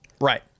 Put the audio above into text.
Right